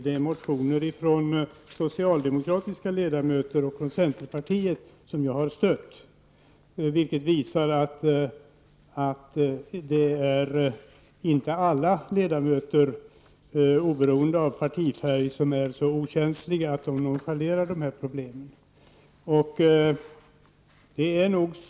Det är motioner av socialdemokratiska ledamöter och från centerpartiet som jag har stött, vilket visar att inte alla ledamöter, oberoende av partifärg, är så okänsliga att de nonchalerar de här problemen.